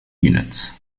units